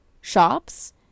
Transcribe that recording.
shops